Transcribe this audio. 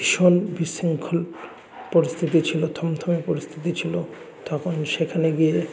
ভীষণ বিশৃঙ্খল পরিস্থিতি ছিল থমথমে পরিস্থিতি ছিল তখন সেখানে গিয়ে